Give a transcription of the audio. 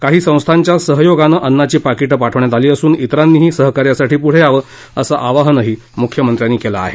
काही संस्थांच्या सहयोगानं अन्नाची पाकिट पाठवण्यात आली असून इतरांनीही सहकार्यासाठी पुढे यावं असं आवाहनही मुख्यमंत्र्यांनी केलं आहे